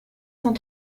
cent